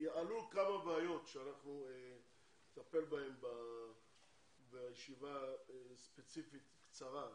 עלו כמה בעיות ונטפל בכל אחת ואחת מהבעיות בישיבה ספציפית וקצרה.